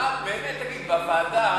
באמת תגיד, בוועדה,